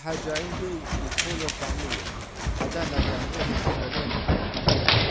أهم حاجة عندي الفول الطعمية، حدانا بيعملوها حلوة جوي